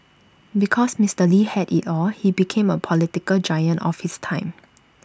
because Mister lee had IT all he became A political giant of his time